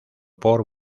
por